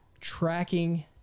tracking